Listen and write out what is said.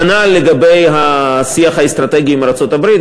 כנ"ל לגבי השיח האסטרטגי עם ארצות-הברית.